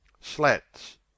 Slats